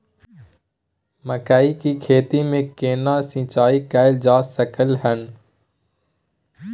मकई की खेती में केना सिंचाई कैल जा सकलय हन?